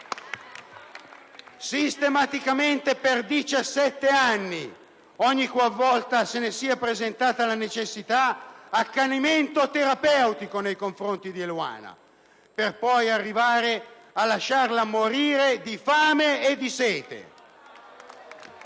dai Gruppi PD e IdV)*, ogni qual volta se ne sia presentata la necessità, accanimento terapeutico nei confronti di Eluana, per poi arrivare a lasciarla morire di fame e di sete